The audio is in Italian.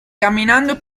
camminando